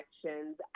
connections